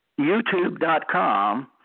YouTube.com